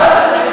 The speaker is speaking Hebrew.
אתה דמגוג.